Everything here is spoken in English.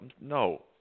No